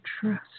trust